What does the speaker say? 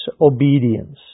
obedience